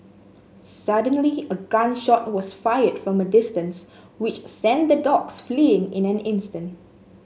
suddenly a gun shot was fired from a distance which sent the dogs fleeing in an instant